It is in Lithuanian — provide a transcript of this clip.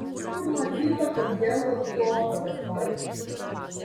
kur matyta kad gezas po operas vaikščios